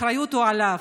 האחריות היא עליו.